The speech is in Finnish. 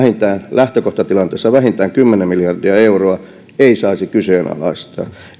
lähtökohtatilanteessa vähintään kymmenen miljardia euroa ei saisi kyseenalaistaa